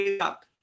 up